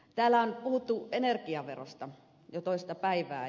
täällä on puhuttu energiaverosta jo toista päivää